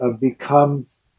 becomes